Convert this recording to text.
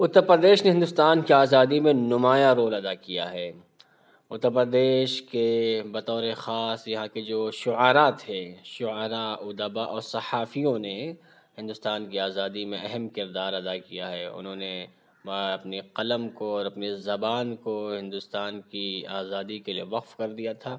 اتر پردیش نے ہندوستان کی آزادی میں نمایاں رول ادا کیا ہے اُتر پردیش کے بطورِ خاص یہاں کے جو شعرا تھے شعراء ادبا اور صحافیوں نے ہندوستان کی آزادی میں اہم کردار ادا کیا ہے اُنہوں نے اپنے قلم کو اور اپنے زبان کو ہندوستان کی آزادی کے لیے وقف کر دیا تھا